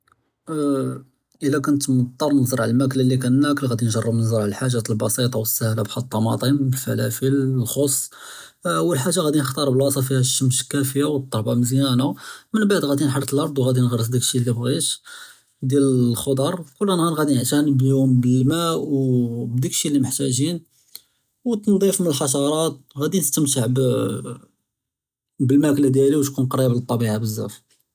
אלא כנת מצטר נזרע אלמאכלא לי כא נכל ראדי נזרע אלחאג׳את אלבסיטא ואלסהלא בחאל אלטמאטם, אלפלפל ואלכס, אול חאג׳ה ראדי נכתאר בלאצ׳ה פיהא אשמס כאפיה ואלתורבא מזיאנא ממבעד ראדי נחרת לארד וראדי נגרס דכשי לי בעית, כל נהאר ראדי נעתאני ביחום בלמא אאו בדכשי לי מחתאג׳ין, ואלתנד׳יף מאלחשראת, ראדי נסתמתע בלמאכלא דיאלי ותכון קריב לטאביעא בזאף.